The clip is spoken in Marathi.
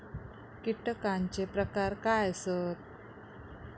कीटकांचे प्रकार काय आसत?